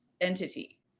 entity